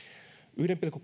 yhden pilkku